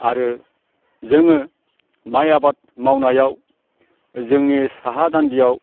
आरो जोङो माइ आबाद मावनायाव जोंनि साहा दान्दियाव